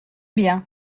bien